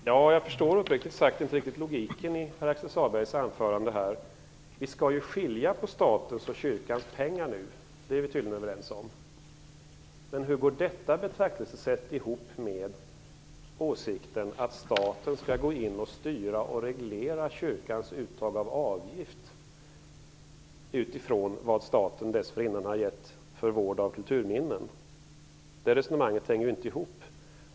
Herr talman! Jag förstår uppriktigt sagt inte riktigt logiken i Pär-Axel Sahlbergs anförande. Vi skall ju skilja på statens och kyrkans pengar nu; det är vi tydligen överens om. Men hur går detta betraktelsesätt ihop med åsikten att staten skall gå in och styra och reglera kyrkans uttag av avgift utifrån vad staten dessförinnan har gett för vård av kulturminnen? Det resonemanget hänger ju inte ihop.